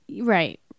right